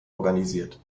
organisiert